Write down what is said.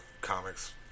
comics